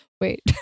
Wait